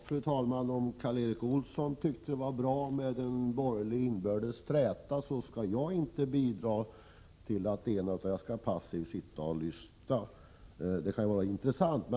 Fru talman! Om Karl Erik Olsson tyckte att det var bra med en borgerlig inbördes träta skall jag inte bidra till att ena, utan jag skall passivt sitta och lyssna — det kan vara intressant.